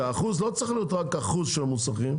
אחוז לא צריך להיות רק אחוז של המוסכים,